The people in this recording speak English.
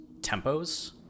tempos